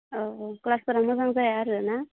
अ अ क्लासफोरा मोजां जाया आरो ना